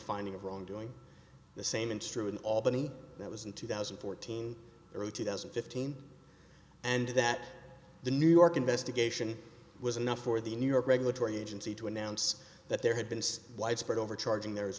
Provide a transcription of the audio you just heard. finding of wrongdoing the same instrument albany that was in two thousand and fourteen or two thousand and fifteen and that the new york investigation was enough for the new york regulatory agency to announce that there had been widespread overcharging there as